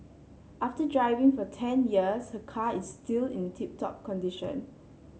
after driving for ten years her car is still in tip top condition